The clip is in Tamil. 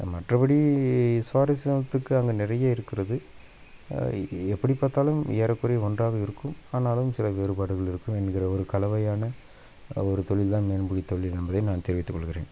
மற்றபடி சுவாரசியத்துக்கு அங்கே நிறைய இருக்கிறது எ எப்படி பார்த்தாலும் ஏறக்குறைய ஒன்றாக இருக்கும் ஆனாலும் சில வேறுபாடுகள் இருக்கும் என்கிற ஒரு கலவையான ஒரு தொழில் தான் மீன் பிடித் தொழில் என்பதை நான் தெரிவித்துக் கொள்ளுகிறேன்